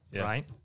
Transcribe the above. Right